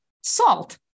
Salt